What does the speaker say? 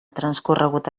transcorregut